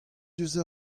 diouzh